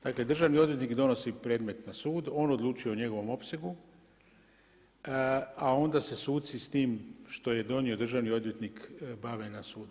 Dakle, državni odvjetnik donosi predmet na sud, on odlučuje o njegovom opsegu, a onda se suci s tim što je donio državni odvjetnik bave na sudu.